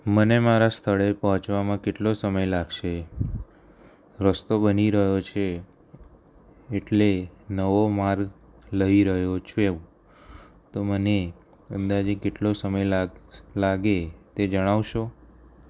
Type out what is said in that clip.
મને મારા સ્થળે પહોંચવામાં કેટલો સમય લાગશે રસ્તો બની રહ્યો છે એટલે નવો માર્ગ લઈ રહ્યો છું તો મને અંદાજે કેટલો સમય લાગ લાગે તે જણાવશો